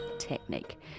technique